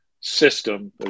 system